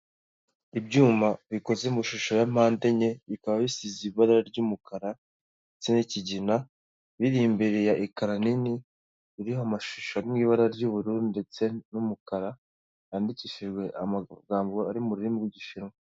Ibyuma bikoze mu shusho ya mpande enye bikaba bisize ibara ry'umukara ndetse n'ikigina biri imbere ya ekara nini iriho amashusho ari mu ibara ry'ubururu ndetse n'umukara yandikishijwe amagambo ari mu rurimi rw'igishinwa.